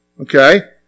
Okay